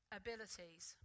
abilities